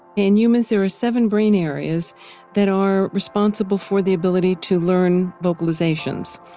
in humans there are seven brain areas that are responsible for the ability to learn vocalizations.